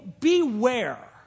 Beware